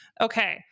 Okay